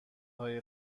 هایی